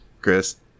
chris